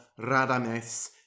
Radames